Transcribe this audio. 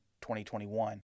2021